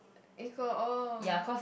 equal oh